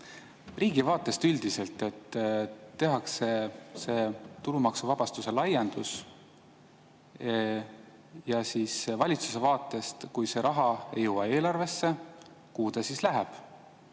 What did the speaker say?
Riigi vaates üldiselt. Tehakse see tulumaksuvabastuse laiendus. Ja valitsuse vaatest, kui see raha ei jõua eelarvesse, siis kuhu ta läheb?